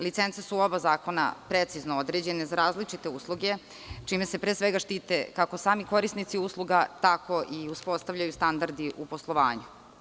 Licence su u oba zakona precizno određene za različite usluge, čime se pre svega štite kako sami korisnici usluga, tako i uspostavljaju standardi u poslovanju.